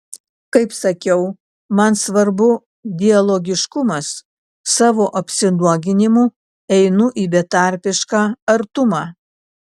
kaip sakiau man svarbu dialogiškumas savo apsinuoginimu einu į betarpišką artumą